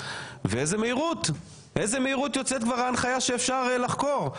ובאיזו מהירות יוצאת כבר ההנחיה שאפשר לחקור.